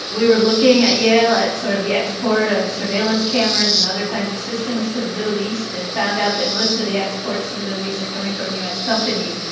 we were looking, at yale, at sort of the export of surveillance cameras, and other kinds of systems, and to the middle east, and found out that most of the exports to the middle east are coming from u. s. companies.